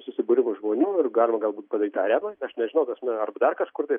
susibūrimus žmonių ir galima galbūt padaryt tą arenoj aš nežinau ta prasme arba dar kažkur tai